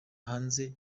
hanze